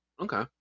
Okay